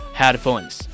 headphones